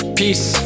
peace